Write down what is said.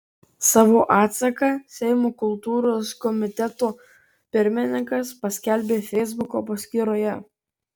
savo atsaką seimo kultūros komiteto pirmininkas paskelbė feisbuko paskyroje